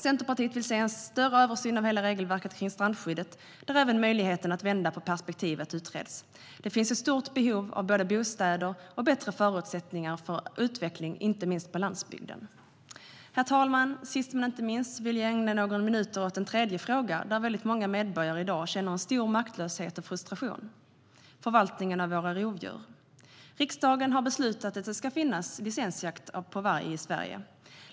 Centerpartiet vill se en större översyn av hela regelverket för strandskyddet där även möjligheten att vända på perspektivet utreds. Det finns ett stort behov av både bostäder och bättre förutsättningar för utveckling, inte minst på landsbygden. Herr talman! Sist men inte minst vill jag ägna ett par minuter åt en tredje fråga där många medborgare känner en stor maktlöshet och frustration, nämligen förvaltningen av våra rovdjur. Riksdagen har beslutat att det ska finnas licensjakt på varg i Sverige.